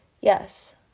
Yes